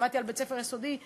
שמעתי על בית-ספר יסודי,